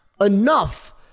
enough